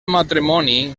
matrimoni